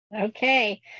Okay